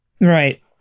right